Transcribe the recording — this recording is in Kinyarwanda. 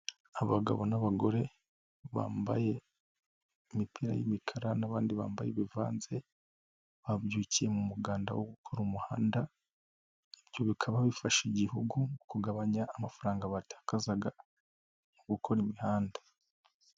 Abagabo n'abagore bambaye imipira y'imikara n'abandi bambaye ibivanze babyukiye mu muganda wo gukora umuhanda, ibyo bikaba bifasha igihugu mu kugabanya amafaranga batazaga mu gukora imihanda.